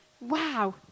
Wow